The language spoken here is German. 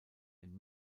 ein